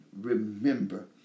remember